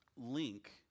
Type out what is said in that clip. link